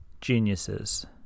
geniuses